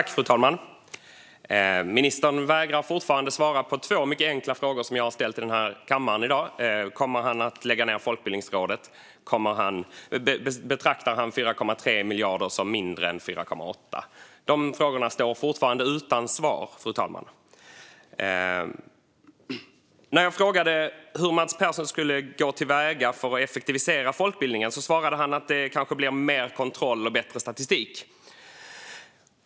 Fru talman! Ministern vägrar fortfarande att svara på två mycket enkla frågor som jag har ställt i denna kammare i dag: Kommer han att lägga ned Folkbildningsrådet? Betraktar han 4,3 miljarder som mindre än 4,8 miljarder? Dessa frågor står fortfarande utan svar, fru talman. När jag frågade hur Mats Persson skulle gå till väga för att effektivisera folkbildningen svarade han att det kanske blir mer kontroll och bättre statistik.